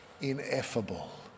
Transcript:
ineffable